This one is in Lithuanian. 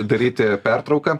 daryti pertrauką